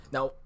Now